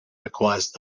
requires